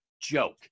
joke